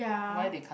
why they can't